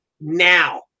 now